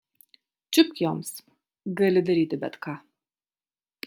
čiupk joms gali daryti bet ką